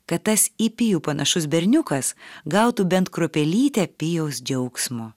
kad tas į pijų panašus berniukas gautų bent kruopelytę pijaus džiaugsmo